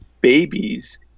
Babies